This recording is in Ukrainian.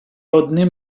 одним